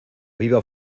viva